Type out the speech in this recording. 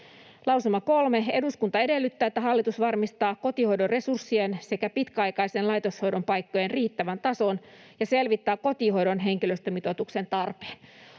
Lausuma kolme: ”Eduskunta edellyttää, että hallitus varmistaa kotihoidon resurssien sekä pitkäaikaisen laitoshoidon paikkojen riittävän tason ja selvittää kotihoidon henkilöstömitoituksen tarpeen.”